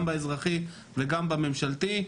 גם באזרחי וגם בממשלתי,